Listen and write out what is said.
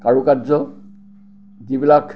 কাৰুকাৰ্য যিবিলাক